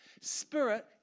Spirit